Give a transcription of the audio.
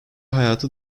hayatı